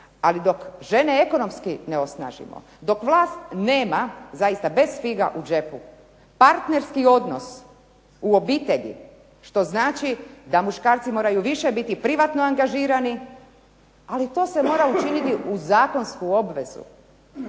Ali dok žene ekonomski ne osnažimo, dok vlast nema zaista bez figa u džepu partnerski odnos u obitelji, što znači da muškarci moraju biti više privatno angažirani ali to se mora učiniti u zakonsku obvezu.